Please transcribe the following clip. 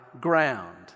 ground